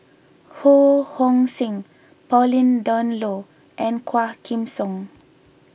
Ho Hong Sing Pauline Dawn Loh and Quah Kim Song